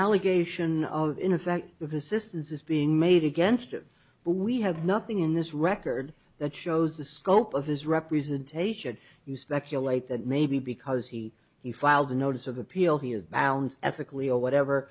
allegation of in effect of assistance is being made against it but we have nothing in this record that shows the scope of his representation you speculate that maybe because he he filed a notice of appeal he is bound ethically or whatever